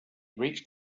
reached